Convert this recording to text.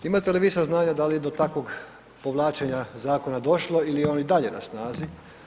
Imate li vi saznanja da li je do takvog povlačenja zakona došlo ili je on i dalje na snazi?